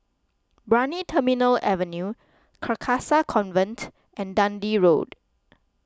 Brani Terminal Avenue Carcasa Convent and Dundee Road